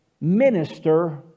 minister